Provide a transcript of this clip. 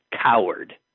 coward